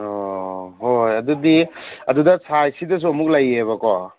ꯑꯣ ꯍꯣꯏ ꯍꯣꯏ ꯑꯗꯨꯗꯤ ꯑꯗꯨꯗ ꯁꯥꯏꯖꯁꯤꯗꯁꯨ ꯑꯃꯨꯛ ꯂꯩꯌꯦꯕꯀꯣ